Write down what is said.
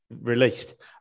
released